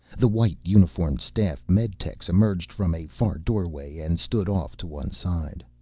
the white-uniformed staff meditechs emerged from a far doorway and stood off to one side.